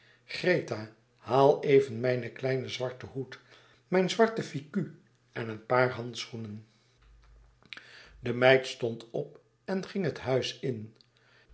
greta haal even mijn kleinen zwarten hoed mijn zwarte fichu en een paar handschoenen de meid stond op en ging het huis in